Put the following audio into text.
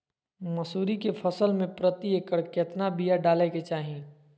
मसूरी के फसल में प्रति एकड़ केतना बिया डाले के चाही?